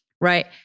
right